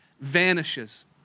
vanishes